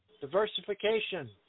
diversification